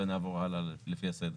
ונעבור הלאה לפי הסדר.